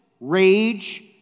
rage